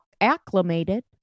acclimated